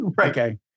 Okay